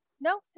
no